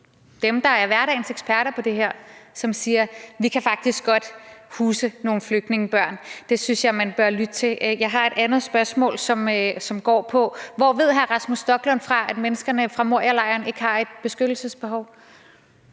og er hverdagens eksperter på det her – som siger: Vi kan faktisk godt huse nogle flygtningebørn. Det synes jeg man bør lytte til. Jeg har et andet spørgsmål: Hvor ved hr. Rasmus Stoklund fra, at menneskerne fra Morialejren ikke har et beskyttelsesbehov?